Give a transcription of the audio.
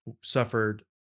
suffered